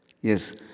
Yes